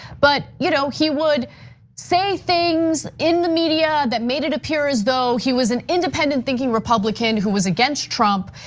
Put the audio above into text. but you know he would say things in the media that made it appear as though he was an independent thinking republican who was against trump.